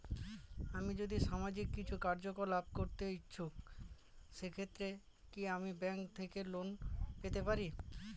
আমি যদি সামাজিক কিছু কার্যকলাপ করতে ইচ্ছুক সেক্ষেত্রে আমি কি ব্যাংক থেকে লোন পেতে পারি?